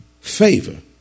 favor